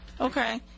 Okay